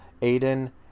Aiden